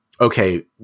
Okay